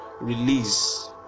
release